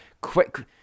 quick